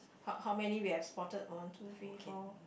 how how many we have spotted one two three four